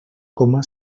coma